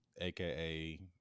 aka